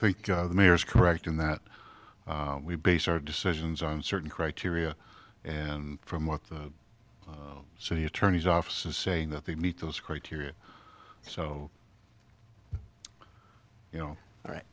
think the mayor is correct in that we base our decisions on certain criteria and from what the city attorney's office is saying that they meet those criteria so you know all right